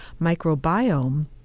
microbiome